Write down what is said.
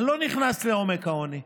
אני לא נכנס לעומק העוני.